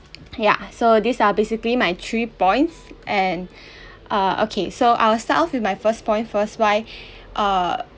ya so these are basically my three points and err okay so I will start off with my first point first why err